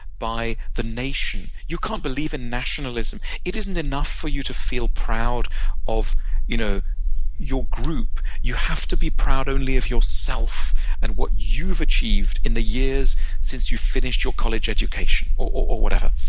by the nation. you can't believe in nationalism. it isn't enough for you to feel proud of you know your group. you have to be proud only of yourself and what you've achieved in the years since you've finished your college education or whatever.